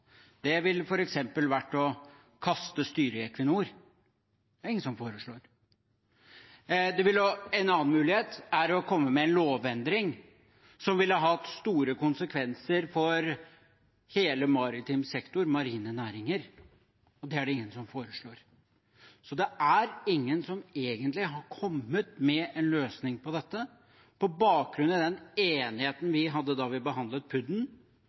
Det ville f.eks. vært å kaste styret i Equinor. Det er det ingen som foreslår. En annen mulighet er å komme med en lovendring som ville hatt store konsekvenser for hele den maritime sektor og marine næringer. Det er det ingen som foreslår. Det er ingen som egentlig har kommet med en løsning på dette på bakgrunn av den enigheten vi hadde da vi behandlet